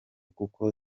kuko